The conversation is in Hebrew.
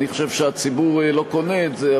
אני חושב שהציבור לא קונה את זה,